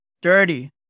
dirty